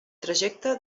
trajecte